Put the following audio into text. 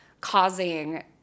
causing